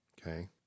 okay